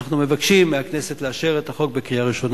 אנחנו מבקשים מהכנסת לאשר את הצעת החוק בקריאה ראשונה.